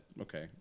Okay